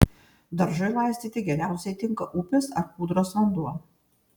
daržui laistyti geriausiai tinka upės ar kūdros vanduo